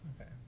Okay